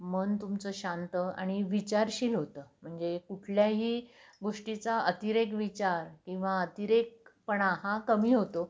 मन तुमचं शांत आणि विचारशील होतं म्हणजे कुठल्याही गोष्टीचा अतिरेक विचार किंवा अतिरेकपणा हा कमी होतो